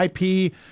IP